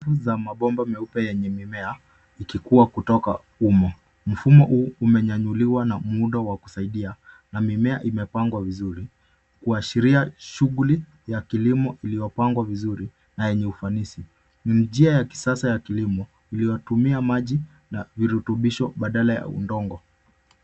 Safu ya mabomba meupe yenye mimea ikikua kutoka humo. Mfumo huu umenyanyuliwa na muundo wa kusaidia na mimea imepangwa vizuri kuashiria shughuli ya kilimo iliyopangwa vizuri na yenye ufanisi. Ni njia ya kisasa ya kilimo iliyotumia maji na virutubisho badala ya udongo.